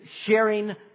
sharing